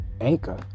Anchor